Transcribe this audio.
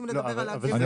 לא, מה פתאום?